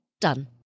Done